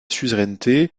suzeraineté